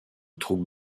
troupes